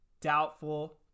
doubtful